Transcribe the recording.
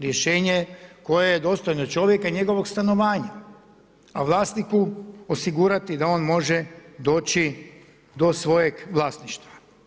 Rješenje koje je dostojno čovjeka i njegovog stanovanja, a vlasniku osigurati da on može doći do svojeg vlasništva.